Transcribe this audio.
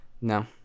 No